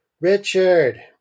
Richard